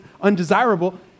undesirable